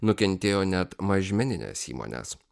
nukentėjo net mažmeninės įmonės